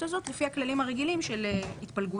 הזאת לפי הכללים הרגילים של התפלגות.